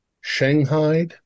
Shanghai